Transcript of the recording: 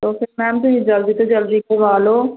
ਤੋ ਫਿਰ ਮੈਮ ਤੁਸੀਂ ਜਲਦੀ ਤੋਂ ਜਲਦੀ ਪਵਾ ਲਓ